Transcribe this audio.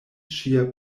ŝia